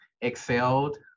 excelled